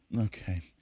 okay